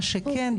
מה שכן,